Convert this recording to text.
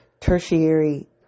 tertiary